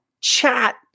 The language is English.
chat